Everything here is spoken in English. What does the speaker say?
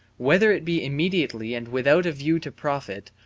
whether it be immediately and without a view to profit,